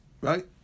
right